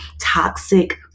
Toxic